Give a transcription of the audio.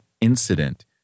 incident